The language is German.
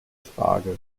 frage